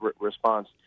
response